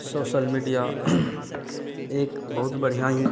social media एक बहुत बढिया ही